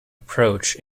approach